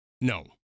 No